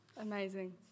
Amazing